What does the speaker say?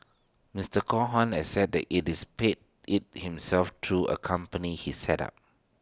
Mister Cohen has said IT is paid IT himself through A company he set up